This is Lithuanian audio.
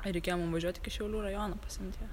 ir reikėjo mum važiuot iki šiaulių rajono pasiimt ją